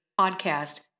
Podcast